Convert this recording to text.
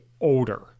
older